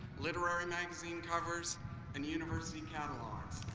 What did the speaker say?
literary magazine covers and university catalogs.